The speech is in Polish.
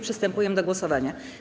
Przystępujemy do głosowania.